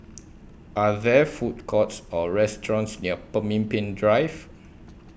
Are There Food Courts Or restaurants near Pemimpin Drive